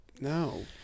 no